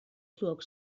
zuok